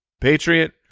Patriot